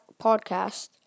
podcast